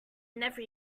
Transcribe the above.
never